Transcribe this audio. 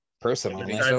personally